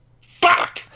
Fuck